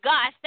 God